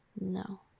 No